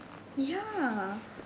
ya